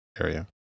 area